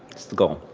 it's the goal.